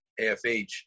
AFH